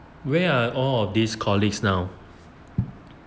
where all of these colleagues now